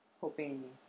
hoping